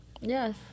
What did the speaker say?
Yes